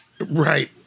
Right